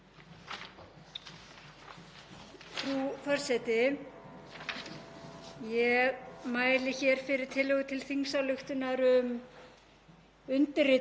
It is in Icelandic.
undirritun og fullgildingu samnings Sameinuðu þjóðanna um bann við kjarnorkuvopnum. Meðflutningsmenn mínir á þessari tillögu eru